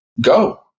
go